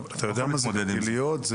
גלגיליות,